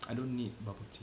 I don't need bubble tea